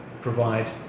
provide